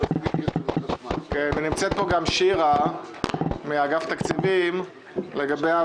נמצאת פה שירה מאגף תקציבים כדי שגם היא